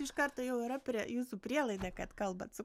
iš karto jau yra pre jūsų prielaida kad kalbat su